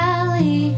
Valley